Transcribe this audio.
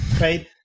Right